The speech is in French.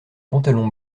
pantalons